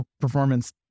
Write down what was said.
performance